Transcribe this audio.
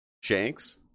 Shanks